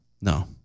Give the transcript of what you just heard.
No